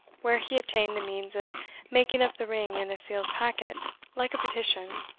where he obtained the means of making up the ring in a sealed packet like a petition,